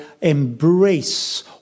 embrace